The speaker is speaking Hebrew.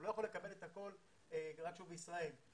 הוא לא יכול לקבל את הכול כשהוא בישראל.